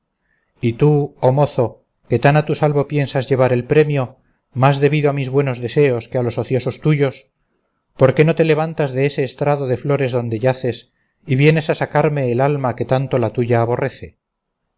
y tú oh mozo que tan a tu salvo piensas llevar el premio más debido a mis buenos deseos que a los ociosos tuyos por qué no te levantas de ese estrado de flores donde yaces y vienes a sacarme el alma que tanto la tuya aborrece